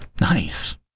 Nice